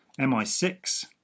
MI6